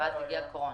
ואז הגיעה הקורונה.